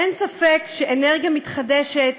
אין ספק שאנרגיה מתחדשת